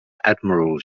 admiral